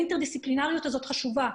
האינטרדיסיפלינריות הזאת חשובה,